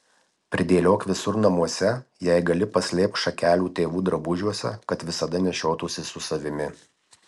pridėliok visur namuose jei gali paslėpk šakelių tėvų drabužiuose kad visada nešiotųsi su savimi